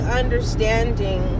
understanding